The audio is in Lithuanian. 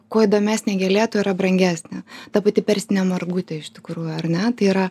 kuo įdomesnė gėlė tuo yra brangesnė ta pati persinė margutė iš tikrųjų ar ne tai yra